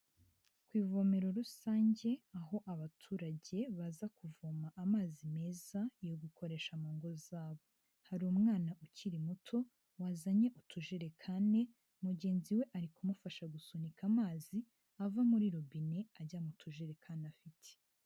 Ku ivomero rusange aho abaturage baza kuvoma amazi meza yo gukoresha mu ngo zabo, hari umwana ukiri muto wazanye utujerekani, mugenzi we ari kumufasha gusunika amazi ava muri robine ajya mu tujerikani afite.